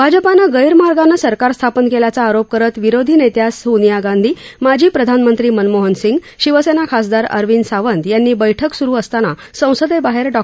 भाजपानं गैरमार्गानं सरकार स्थापन केल्याचा आरोप करत विरोधी नेत्या सोनिया गांधी माजी प्रधानमंत्री मनमोहन सिंग शिवसेना खासदार अरविंद सावंत यांनी बैठक स्रु असताना संसदेबाहेर डॉ